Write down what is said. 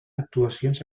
actuacions